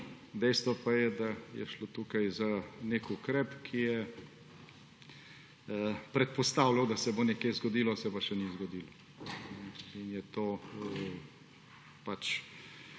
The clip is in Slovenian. Dejstvo pa je, da je šlo tukaj za ukrep, ki je predpostavljal, da se bo nekje zgodilo, se pa še ni zgodilo. Vlada je to